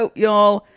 y'all